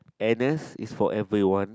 n_s is for everyone